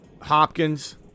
Hopkins